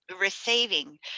receiving